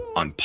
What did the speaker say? on